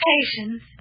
Patience